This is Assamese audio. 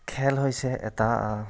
খেল হৈছে এটা